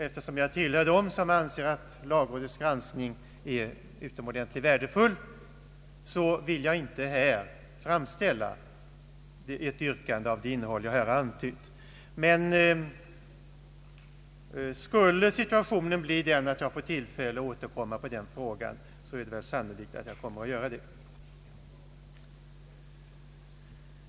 Eftersom jag tillhör dem som anser att lagrådets granskning är utomordentligt värdefull, vill jag inte framställa ett yrkande av det innehåll jag antytt. Om situationen blir sådan att jag får tillfälle att återkomma i den frågan, så är det sannolikt att jag kommer att göra det.